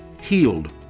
healed